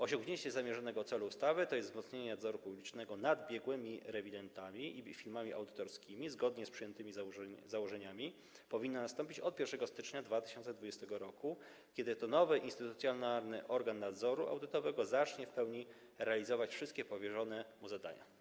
Osiągnięcie zamierzonego celu ustawy, tj. wzmocnienie nadzoru publicznego nad biegłymi rewidentami i firmami audytorskimi, zgodnie z przyjętymi założeniami powinno nastąpić od 1 stycznia 2020 r., kiedy to nowy instytucjonalny organ nadzoru audytowego zacznie w pełni realizować wszystkie powierzone mu zadania.